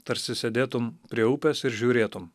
tarsi sėdėtum prie upės ir žiūrėtum